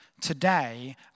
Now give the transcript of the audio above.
today